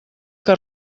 que